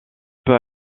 peut